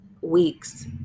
weeks